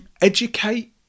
educate